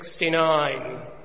69